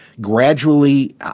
gradually